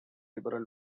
liberal